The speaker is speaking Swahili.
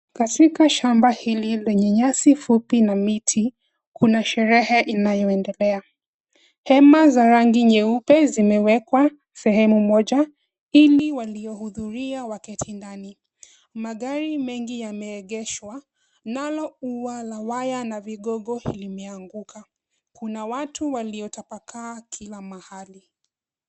Katika shamba hili lenye nyasi fupi na miti kuna sherehe inayoendelea. Hema za rangi nyeupe zimewekwa sehemu moja ili waliohudhuria waketi ndani. Magari mengi yameegeshwa nalo ua la waya na vigogo limeanguka.. Kuna watu waliotapaka kila mahali.